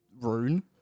rune